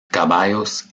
caballos